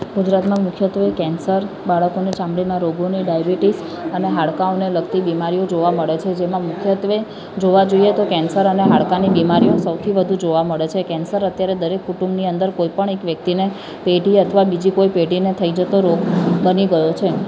ગુજરાતમાં મુખ્યત્ત્વે કૅન્સર બાળકોને ચામડીના રોગોને ડાયબિટીઝ અને હાડકાંઓને લગતી બીમારીઓ જોવા મળે છે જેમાં મુખ્યત્ત્વે જોવા જોઈએ તો કૅન્સર અને હાડકાંની બીમારીઓ સૌથી વધુ જોવા મળે છે કૅન્સર અત્યારે દરેક કુટુંબની અંદર કોઈ પણ એક વ્યક્તિને પેઢી અથવા બીજી કોઈ પેઢીને થઈ જતો રોગ બની ગયો છે